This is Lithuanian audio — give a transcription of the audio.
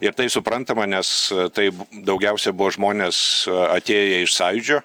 ir tai suprantama nes taip daugiausia buvo žmonės atėję iš sąjūdžio